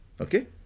okay